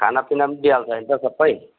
खानापिना पनि दिइहाल्छ होइन त सबै